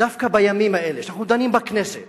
דווקא בימים האלה, שאנחנו דנים בכנסת